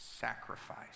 sacrifice